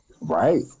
right